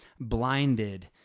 blinded